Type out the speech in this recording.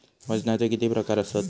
वजनाचे किती प्रकार आसत?